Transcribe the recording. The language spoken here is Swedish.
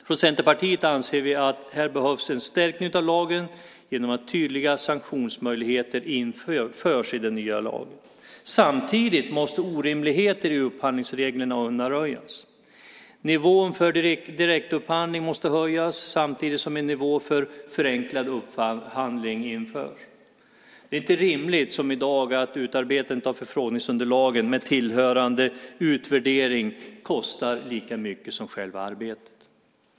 Från Centerpartiets sida anser vi att det behövs en förstärkning av lagen genom att tydliga sanktionsmöjligheter införs i den nya lagen. Samtidigt måste orimligheter i upphandlingsreglerna undanröjas. Nivån för direktupphandling måste höjas samtidigt som en nivå för förenklad upphandling införs. Det är inte rimligt att som i dag utarbetandet av förfrågningsunderlagen, med tillhörande utvärdering, kostar lika mycket som själva arbetet.